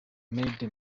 made